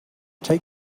take